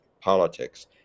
politics